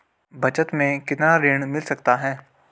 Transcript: बचत मैं कितना ऋण मिल सकता है?